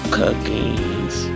cookies